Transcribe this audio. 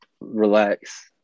Relax